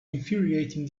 infuriating